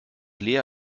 lea